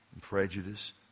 prejudice